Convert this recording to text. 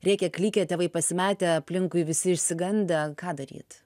rėkia klykia tėvai pasimetę aplinkui visi išsigandę ką daryt